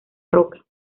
roca